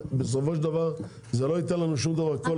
בסופו של דבר זה לא ייתן לנו שום דבר כל הסיפור הזה.